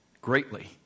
Greatly